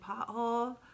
pothole